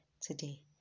today